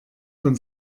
von